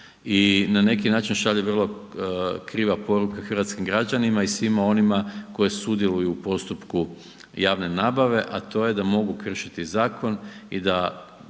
i na neki način šalje vrlo krivo poruka hrvatskim građanima i svima onima koji sudjeluju u postupku javne nabave a to je da mogu kršiti zakon i da